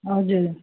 हजुर